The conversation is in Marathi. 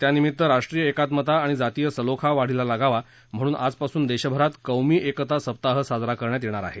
त्यानिमित्त राष्ट्रीय एकात्मता आणि जातीय सलोखा वाढीला लागावा म्हणून आजपासून देशभरात कौमी एकता सप्ताह साजरा करण्यात येणार आहे